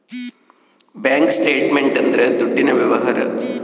bank statement ಅಂದ್ರ ದುಡ್ಡಿನ ವ್ಯವಹಾರ